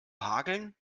hageln